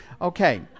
Okay